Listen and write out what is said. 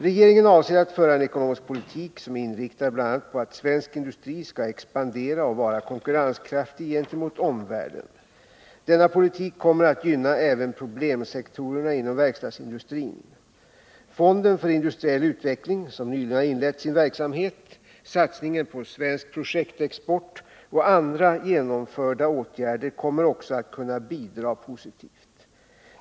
Regeringen avser att föra en ekonomisk politik som är inriktad bl.a. på att svensk industri skall expandera och vara konkurrenskraftig gentemot omvärlden. Denna politik kommer att gynna även problemsektorerna inom verkstadsindustrin. Fonden för industriell utveckling, som nyligen har inlett sin verksamhet, satsningen på svensk projektexport och andra genomförda åtgärder kommer också att kunna bidra positivt.